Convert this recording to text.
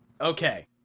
Okay